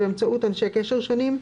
ובאמצעות אנשי קשר שונים,